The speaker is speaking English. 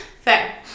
Fair